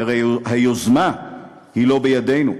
כי הרי היוזמה היא לא בידינו,